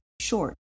short